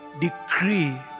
decree